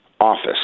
office